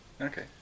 Okay